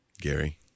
Gary